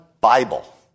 Bible